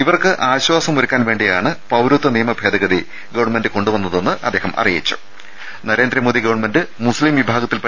ഇവർക്ക് ആശ്വാസമൊരുക്കാൻ വേണ്ടിയാണ് പൌരത്വനിയമഭേദഗതി ഗവൺമെന്റ് കൊണ്ടുവന്നതെന്ന് അദ്ദേഹം അറി നരേന്ദ്രമോദി ഗവൺമെന്റ് മുസ്ലിം വിഭാഗത്തിൽ യിച്ചു